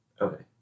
Okay